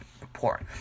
report